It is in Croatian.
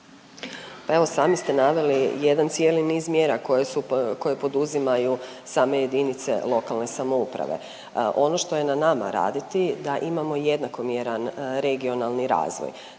Evo sami ste naveli jedan cijeli niz mjera koje su, koje poduzimaju same jedinice lokalne samouprave. Ono što je na nama raditi da imamo jednakomjeran regionalni razvoj.